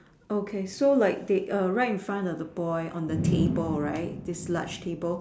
okay so like they err right in front of the boy on the table right this large table